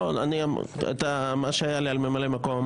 אמרתי את מה שהיה לי על ממלא מקום,